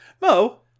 Mo